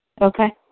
okay